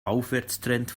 aufwärtstrend